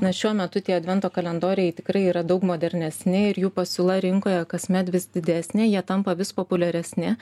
na šiuo metu tie advento kalendoriai tikrai yra daug modernesni ir jų pasiūla rinkoje kasmet vis didesnė jie tampa vis populiaresni